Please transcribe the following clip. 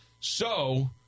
So-